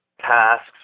tasks